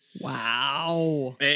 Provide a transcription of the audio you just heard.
wow